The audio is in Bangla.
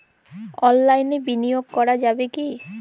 অনলাইনে বিনিয়োগ করা যাবে কি?